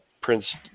Prince